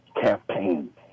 campaign